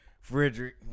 Frederick